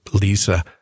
Lisa